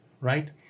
right